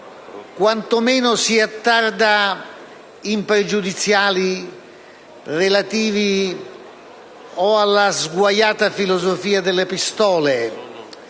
quanto meno si attarda in pregiudiziali o nella sguaiata filosofia delle pistole